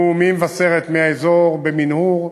הוא יעבור, ממבשרת, מהאזור, במנהור.